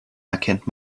erkennt